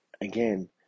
again